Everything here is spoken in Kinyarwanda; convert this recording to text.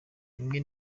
rimwe